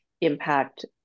impact